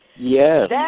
Yes